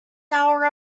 hour